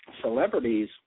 celebrities